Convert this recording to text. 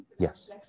Yes